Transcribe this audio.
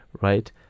right